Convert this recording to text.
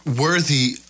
worthy